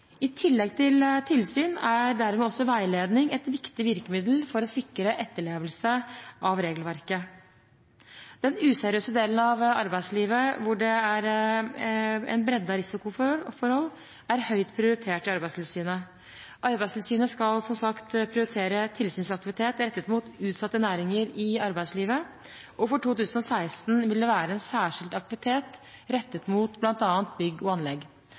I tillegg til tilsyn er dermed også veiledning et viktig virkemiddel for å sikre etterlevelse av regelverket. Den useriøse delen av arbeidslivet, hvor det er en bredde av risikoforhold, er høyt prioritert i Arbeidstilsynet. Arbeidstilsynet skal som sagt prioritere tilsynsaktivitet rettet mot utsatte næringer i arbeidslivet, og for 2016 vil det være en særskilt aktivitet rettet mot bl.a. bygg og anlegg.